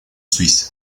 suiza